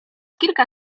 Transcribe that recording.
kilka